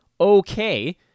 okay